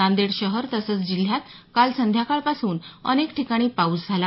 नांदेड शहर तसंच जिल्ह्यात काल संध्याकाळपासून अनेक ठिकाणी पाऊस झाला